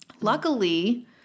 Luckily